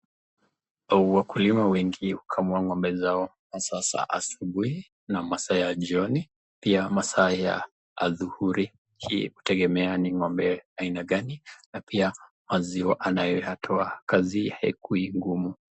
Wakulima wanakamua ng'ombe zao kwa saa ya asubuhi na masaa ya jioni, masaa ya adhuhuri, inatengemea ni ng'ombe ana gani, na pia maziwa anaetowa kazi haikuwi ngumu.